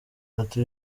ati